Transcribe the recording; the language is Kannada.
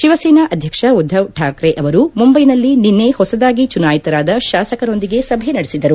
ಶಿವಸೇನಾ ಅಧ್ಯಕ್ಷ ಉದ್ದವ್ ಠಾಕ್ರೆ ಅವರು ಮುಂಬೈನಲ್ಲಿ ನಿನ್ನೆ ಹೊಸದಾಗಿ ಚುನಾಯಿತರಾದ ಶಾಸಕರೊಂದಿಗೆ ಸಭೆ ನಡೆಸಿದರು